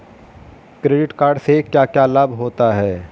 Credit card से क्या क्या लाभ होता है?